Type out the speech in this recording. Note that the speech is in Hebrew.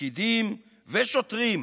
פקידים ושוטרים,